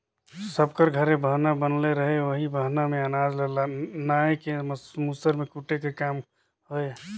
सब कर घरे बहना बनले रहें ओही बहना मे अनाज ल नाए के मूसर मे कूटे कर काम होए